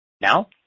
Now